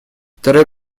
второй